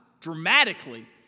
dramatically